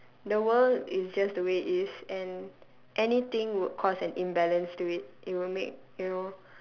the world is just the way it is and anything would cause an imbalance to it it will make you know